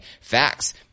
Facts